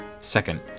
second